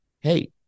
hey